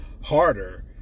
harder